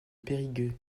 périgueux